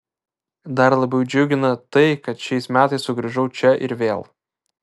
dar labiau džiugina tai kad šiais metais sugrįžau čia ir vėl